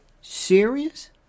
Serious